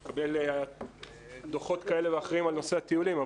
אני מקבל דוחות כאלה ואחרים על נושא הטיולים,